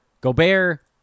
Gobert